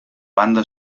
banda